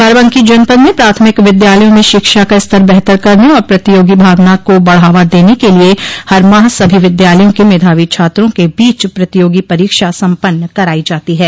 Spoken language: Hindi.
बाराबंकी जनपद में प्राथमिक विद्यालयों में शिक्षा का स्तर बेहतर करने और प्रतियोगी भावना को बढ़ावा देने के लिये हर माह सभी विद्यालयों के मेधावी छात्रों के बीच प्रतियोगी परीक्षा सम्पन्न कराई जाती है